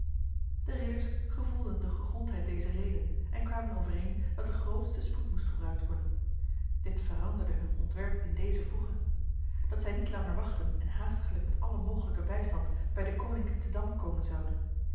de ridders gevoelden de gegrondheid dezer reden en kwamen overeen dat de grootste spoed moest gebruikt worden dit veranderde hun ontwerp in dezer voege dat zij niet langer wachten en haastiglijk met alle mogelijke bijstand bij deconinck te damme komen zouden